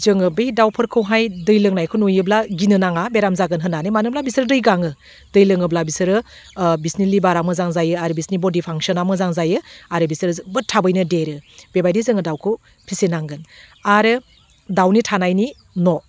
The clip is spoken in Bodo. जोङो बे दाउफोरखौहाय दै लोंनायखौ नुयोब्ला गिनो नाङा बेराम जागोन होन्नानै मानोब्ला बिसोर दै गाङो दै लोङोब्ला बिसोरो बिसिनि लिभारा मोजां जायो आरो बिसिनि बडि फांसना मोजां जायो आरो बिसोरो जोबोद थाबैनो देरो बेबायदि जोङो दाउखौ फिसिनांगोन आरो दाउनि थानायनि न'